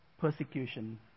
persecution